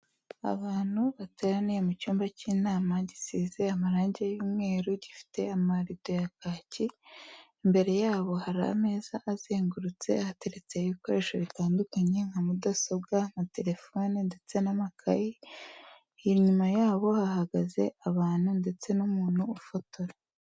Abantu bateraniye mu cyumba cy'inama gisize amarange y'umweru gifite amarido ya kake, imbere yabo hari ameza azengurutse, hateretse ibikoresho bitandukanye nka mudasobwa na terefone ndetse n'amakayi, inyuma yabo hahagaze abantu ndetse n'umuntu ufotora.